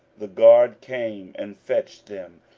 the guard came and fetched them,